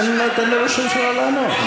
תן לראש הממשלה לענות.